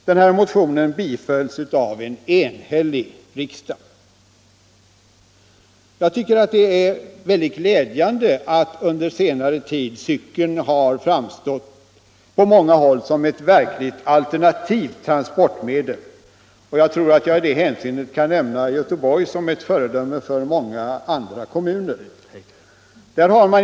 Den motionen bifölls av en enhällig riksdag. Det är väldigt glädjande att cykeln under senare tid verkligen på många håll har framstått som ett alternativt transportmedel. Jag tror att jag i det hänseendet kan nämna Göteborg som ett föredöme för många andra kommuner.